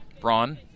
Braun